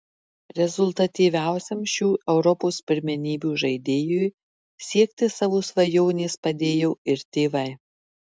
rezultatyviausiam šių europos pirmenybių žaidėjui siekti savo svajonės padėjo ir tėvai